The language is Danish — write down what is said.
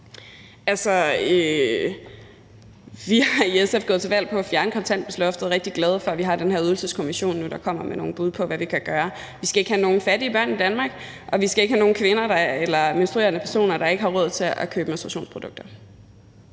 vi er i SF gået til valg på at fjerne kontanthjælpsloftet, og vi er rigtig glade for, at vi jo har den her Ydelseskommission, der kommer med nogle bud på, hvad vi kan gøre. Vi skal ikke have nogen fattige børn i Danmark, og vi skal ikke have nogen kvinder eller menstruerende personer, der ikke har råd til at købe menstruationsprodukter.